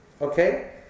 Okay